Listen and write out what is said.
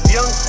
Young